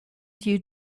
due